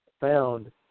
found